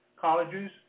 colleges